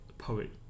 poetry